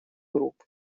групп